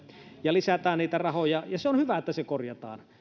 ja lisätään niitä rahoja ja se on hyvä että se korjataan